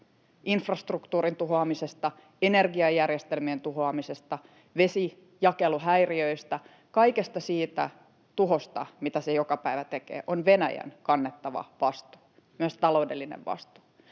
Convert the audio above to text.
Infrastruktuurin tuhoamisesta, energiajärjestelmien tuhoamisesta, vesijakeluhäiriöistä, kaikesta siitä tuhosta, mitä se joka päivä tekee, on Venäjän kannettava vastuu — myös taloudellinen vastuu.